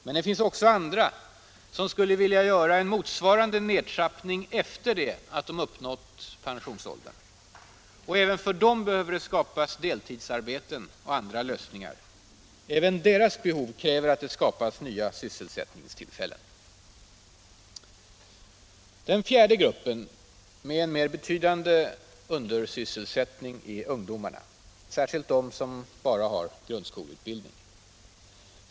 Men det finns också andra som skulle vilja göra en motsvarande nedtrappning efter det att de uppnått pensionsåldern. Även för dem behöver det skapas deltidsarbeten och andra lösningar. Även deras behov kräver att det skapas nya sysselsättningstillfällen. Nr 47 Den fjärde gruppen med mer betydande undersysselsättning är ungdo Torsdagen den marna, särskilt de som bara har grundskoleutbildning.